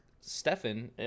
Stefan